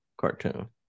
cartoon